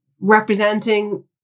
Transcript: representing